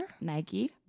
Nike